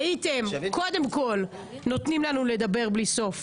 שיהיה לנו קצת זמן גם לדבר על הנושא החדש.